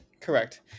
Correct